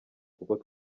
kuko